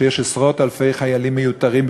שיש עשרות-אלפי חיילים מיותרים,